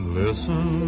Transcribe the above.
listen